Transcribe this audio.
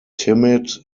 timid